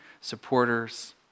supporters